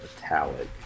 metallic